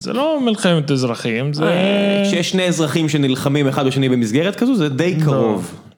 זה לא מלחמת אזרחים, זה... כשיש שני אזרחים שנלחמים אחד בשני במסגרת כזו, זה די קרוב.